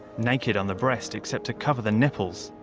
naked on the breast, except to cover the nipples.